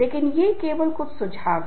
धीरज रखें और सुनें